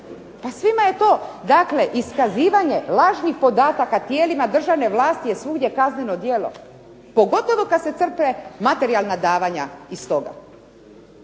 Pa svima je to iskazivanje lažnih podataka tijelima državne vlasti je svuda kazneno djelo, pogotovo kada se crpe materijalna davanja iz toga.